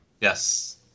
yes